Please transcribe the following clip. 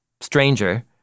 stranger